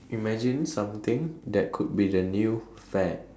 imagine something that could be the new fad